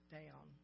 down